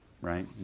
Right